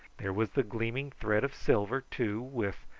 there was the gleaming thread of silver, too, with,